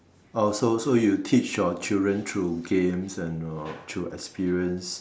oh so so you teach your children through games and uh through experience